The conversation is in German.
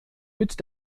mit